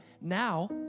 Now